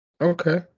Okay